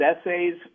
essays